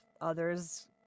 others